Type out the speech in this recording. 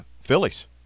Phillies